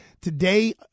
Today